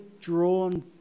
drawn